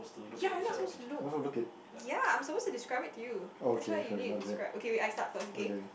ya we're not supposed to look ya I'm supposed to describe it to you that's why you need to describe okay wait I start first okay